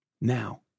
Now